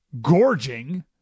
gorging